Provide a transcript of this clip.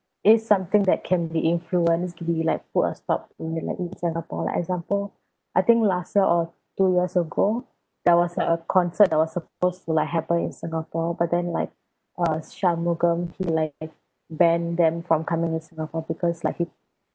is something that can be influence be like put a stop in the like in singapore like example I think last year or two years ago there was a concert that was supposed to like happen in singapore but then like uh shanmugam he like banned them from coming in singapore because like he